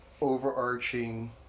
overarching